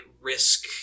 risk